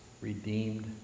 redeemed